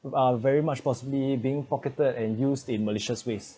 uh very much possibly being pocketed and used in malicious waste